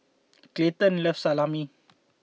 Clayton loves Salami